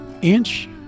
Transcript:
inch